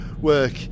work